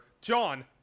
John